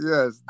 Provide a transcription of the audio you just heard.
Yes